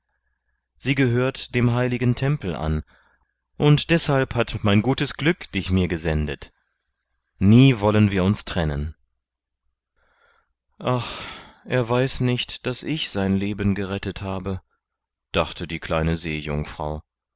sie gehört dem heiligen tempel an und deshalb hat mein gutes glück dich mir gesendet nie wollen wir uns trennen ach er weiß nicht daß ich sein leben gerettet habe dachte die kleine seejungfrau